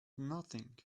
nothing